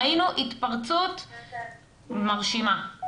ראינו התפרצות מרשימה,